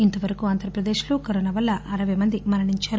ఇంతవరకు ఆంధ్రప్రదేశ్ లో కరోనా వల్ల అరపై మంది మరణించారు